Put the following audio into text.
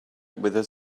with